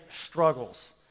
struggles